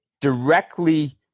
directly